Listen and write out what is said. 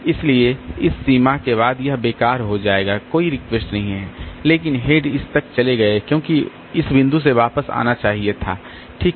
इसलिए इस सीमा के बाद यह बेकार हो जाएगा कोई रिक्वेस्ट नहीं है लेकिन हेड इस तक चले गए बल्कि इस बिंदु से वापस आना चाहिए था ठीक है